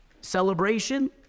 celebration